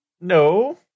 No